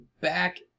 back